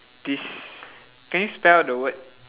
des~ can you spell the word